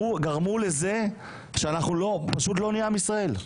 וגמרו לזה שאנחנו פשוט לא נהיה עם ישראל.